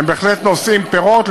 בהחלט נושאות פירות,